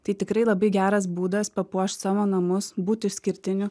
tai tikrai labai geras būdas papuošt savo namus būt išskirtiniu